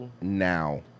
now